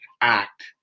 act